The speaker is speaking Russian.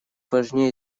важнее